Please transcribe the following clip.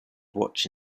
watch